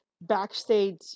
backstage